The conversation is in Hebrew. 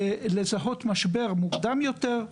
לזהות משבר מוקדם יותר,